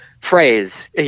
phrase